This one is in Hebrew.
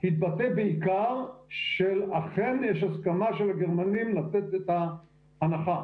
התבטא בעיקר שאכן יש הסכמה של הגרמנים לתת את ההנחה.